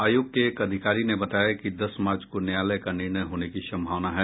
आयोग के एक अधिकारी ने बताया कि दस मार्च को न्यायालय का निर्णय होने की सम्भावना है